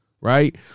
Right